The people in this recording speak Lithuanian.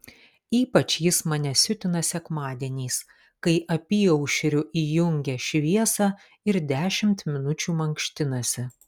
ypač jis mane siutina sekmadieniais kai apyaušriu įjungia šviesą ir dešimt minučių mankštinasi